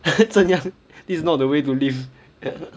this is not the way to live